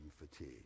fatigue